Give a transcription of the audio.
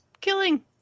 killing